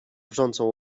wrzącą